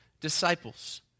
disciples